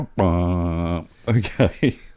Okay